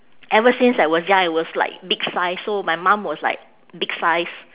ever since I was young I was like big size so my mom was like big size